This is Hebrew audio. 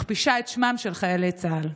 מכפישה את שמם של חיילי צה"ל.